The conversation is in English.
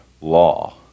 law